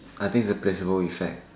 I think it's the placebo effect